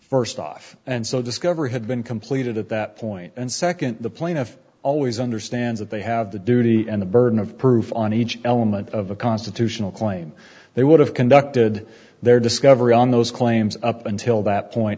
first off and so discovery had been completed at that point and second the plaintiff always understands that they have the duty and the burden of proof on each element of the constitutional claim they would have conducted their discovery on those claims up until that point